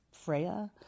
Freya